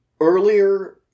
earlier